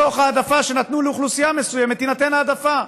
בתוך ההעדפה שנתנו לאוכלוסייה מסוימת תינתן העדפה.